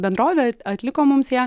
bendrovė atliko mums ją